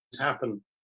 happen